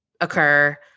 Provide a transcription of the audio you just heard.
occur